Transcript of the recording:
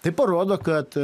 tai parodo kad